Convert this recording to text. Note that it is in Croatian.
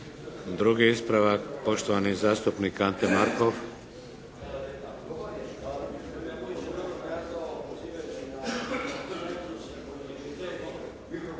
Drugi ispravak, poštovani zastupnik Ante Markov.